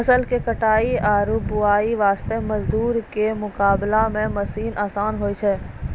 फसल के कटाई आरो ढुलाई वास्त मजदूर के मुकाबला मॅ मशीन आसान होय छै